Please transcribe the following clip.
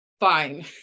Fine